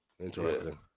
Interesting